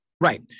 Right